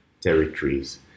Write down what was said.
territories